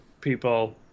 people